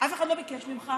שאף אחד לא ביקש ממך.